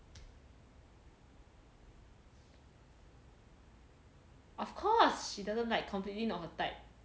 of course she doesn't like completely not her type